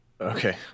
Okay